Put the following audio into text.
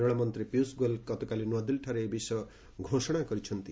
ରେଳମନ୍ତ୍ରୀ ପିୟୁଷ ଗୋୟଲ୍ ଗତକାଲି ନୂଆଦିଲ୍ଲୀଠାରେ ଏ ବିଷୟ ଘୋଷଣା କରିଛନ୍ତି